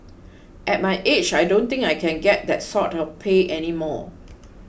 at my age I don't think I can get that sort of pay any more